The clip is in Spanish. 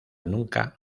nunca